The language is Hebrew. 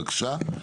בבקשה.